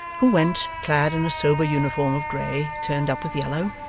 who went clad in a sober uniform of grey turned up with yellow,